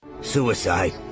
Suicide